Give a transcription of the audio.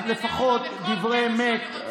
אז לפחות דברי אמת,